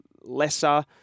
lesser